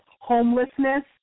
homelessness